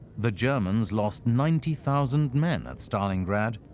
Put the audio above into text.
the germans lost ninety thousand men at stalingrad.